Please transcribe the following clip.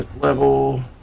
level